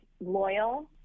loyal